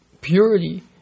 purity